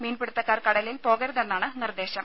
മീൻപിടുത്തക്കാർ കടലിൽ പോകരുതെന്നാണ് നിർദ്ദേശം